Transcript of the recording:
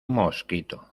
mosquito